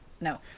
No